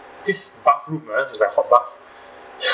this bathroom uh is like hot bath